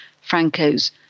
Franco's